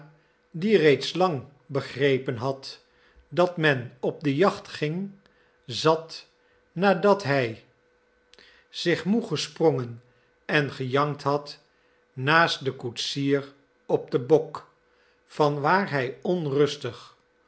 die reeds lang begrepen had dat men op de jacht ging zat nadat hij zich moe gesprongen en gejankt had naast den koetsier op den bok van waar hij onrustig